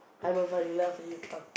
I'm a vanilla fl~ um